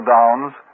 Downs